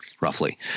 roughly